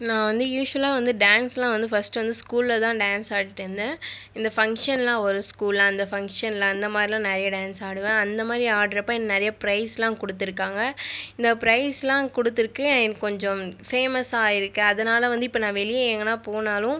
நான் வந்து யூஷுவலாக வந்து டான்ஸெலாம் வந்து ஃபர்ஸ்ட் வந்து ஸ்கூலில் தான் டான்ஸ் ஆடிட்டிருந்தேன் இந்த ஃபங்க்ஷன்லாம் வரும் ஸ்கூலில் அந்த ஃபங்க்ஷனில் அந்த மாதிரிலாம் நிறைய டான்ஸ் ஆடுவேன் அந்த மாதிரி ஆடறப்போ நிறைய ப்ரைஸ்லாம் கொடுத்துருக்காங்க இந்த ப்ரைஸ்லாம் கொடுத்துருக்கு எனக்கு கொஞ்சம் ஃபேமஸாயிருக்கே அதனால் வந்து இப்போ நான் வெளியே எங்கனா போனாலும்